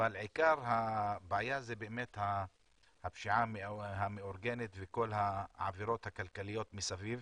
אבל עיקר הבעיה זה באמת הפשיעה המאורגנת וכל העבירות הכלכליות מסביב.